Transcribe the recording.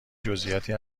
جزییاتی